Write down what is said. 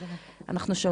זה לא משנה --- אנחנו שוות.